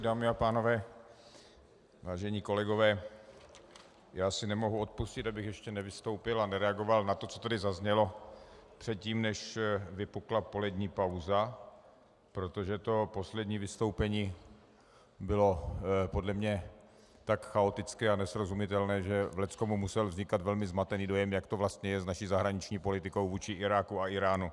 Dámy a pánové, vážení kolegové, já si nemohu odpustit, abych ještě nevystoupil a nereagoval na to, co tady zaznělo předtím, než vypukla polední pauza, protože to poslední vystoupení bylo podle mě tak chaotické a nesrozumitelné, že v leckomu musel vznikat velmi zmatený dojem, jak to vlastně je s naší zahraniční politikou vůči Iráku a Íránu.